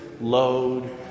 load